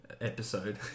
Episode